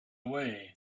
way